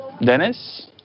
Dennis